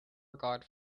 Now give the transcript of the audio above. regard